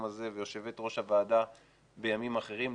הזה ויושבת ראש הוועדה בימים אחרים,